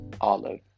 Olive